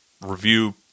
review